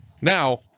Now